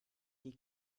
die